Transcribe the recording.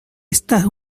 esta